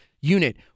unit